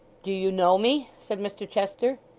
do you know me said mr chester.